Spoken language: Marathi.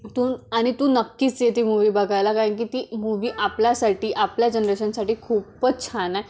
तू आणि तू नक्कीच ये ती मूव्ही बघायला कारण की ती मूव्ही आपल्यासाठी आपल्या जनरेशनसाठी खूपच छान आहे